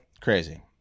crazy